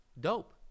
Dope